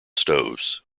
stoves